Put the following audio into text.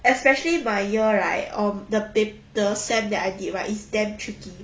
especially my year right or um the sem that I did right is damn tricky